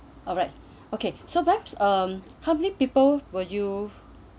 alright okay so perhaps um how many people were you